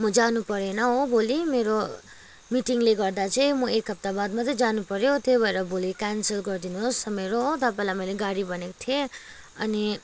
म जानुपरेन हो भोलि मेरो मिटिङले गर्दा चाहिँ म एक हफ्ता बाद मात्रै जानुपऱ्यो त्यही भएर भोलि क्यान्सल गरिदिनुहोस् मेरो हो तपाईँलाई मैले गाडी भनेको थिएँ अनि